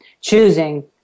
choosing